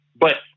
But-